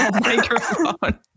microphone